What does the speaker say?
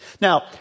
Now